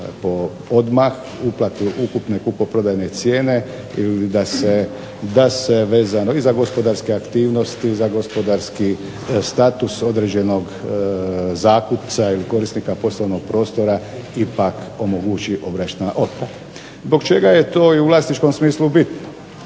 odmah, uplati ukupne kupoprodajne cijene, ili da se vezano i za gospodarske aktivnosti i za gospodarski status određenog zakupca ili korisnika poslovnog prostora ipak omogući obročna otplata. Zbog čega je to i u vlasničkom smislu bitno?